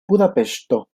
budapeŝto